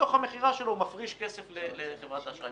ומתוך המכירה שלו הוא מפריש כסף לחברת האשראי.